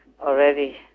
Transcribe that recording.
already